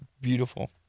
beautiful